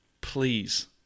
please